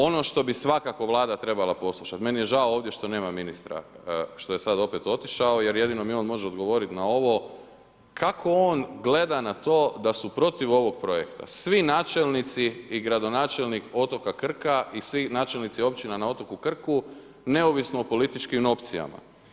Ono što bi svakako Vlada trebala poslušati, meni je žao ovdje što nema ministra, što je sad opet otišao jer jedino mi on može odgovoriti na ovo, kako on gleda na to da su protiv ovog projekta svi načelnici i gradonačelnik otoka Krka i svi načelnici općina na otoku Krku neovisno o političkim opcijama?